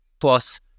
plus